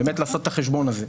לעשות את החשבון הזה.